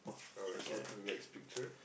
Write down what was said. alright on to the next picture